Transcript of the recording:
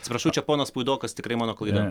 atsiprašau čia ponas puidokas tikrai mano klaida